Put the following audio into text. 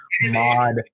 mod